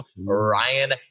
Ryan